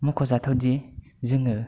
मख'जाथावदि जोङो